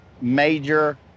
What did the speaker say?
major